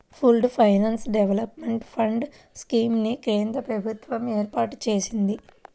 pooled finance development fund scheme ని కేంద్ర ప్రభుత్వం ఏర్పాటు చేసింది